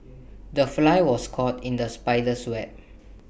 the fly was caught in the spider's web